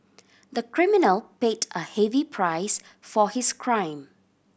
the criminal paid a heavy price for his crime